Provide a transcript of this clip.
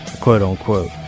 quote-unquote